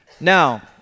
Now